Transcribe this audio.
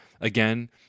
again